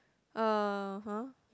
(uh huh)